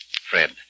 Fred